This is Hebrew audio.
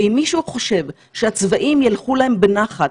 ואם מישהו חושב שהצבאים ילכו להם בנחת